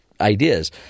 ideas